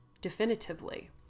definitively